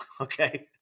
Okay